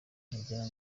ngira